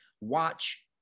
Watch